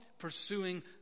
pursuing